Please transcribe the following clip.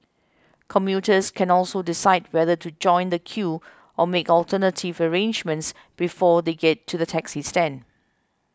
commuters can also decide whether to join the queue or make alternative arrangements before they get to the taxi stand